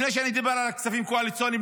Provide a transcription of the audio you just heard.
לפני שאני מדבר על הכספים הקואליציוניים,